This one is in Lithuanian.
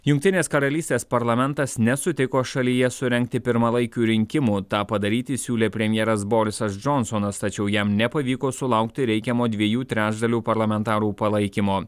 jungtinės karalystės parlamentas nesutiko šalyje surengti pirmalaikių rinkimų tą padaryti siūlė premjeras borisas džonsonas tačiau jam nepavyko sulaukti reikiamo dviejų trečdalių parlamentarų palaikymo